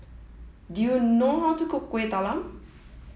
do you know how to cook Kuih Talam